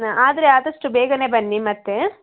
ಆದರೆ ಆದಷ್ಟು ಬೇಗನೇ ಬನ್ನಿ ಮತ್ತೆ